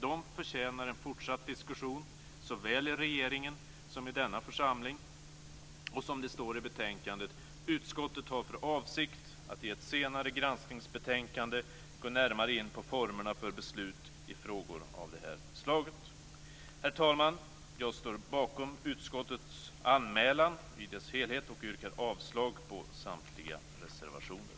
De förtjänar en fortsatt diskussion såväl i regeringen som i denna församling. Och som det står i betänkandet har utskottet för avsikt att i ett senare granskningsbetänkande gå närmare in på formerna för beslut i frågor av det här slaget. Herr talman! Jag står bakom utskottets anmälan i dess helhet och yrkar avslag på samtliga reservationer.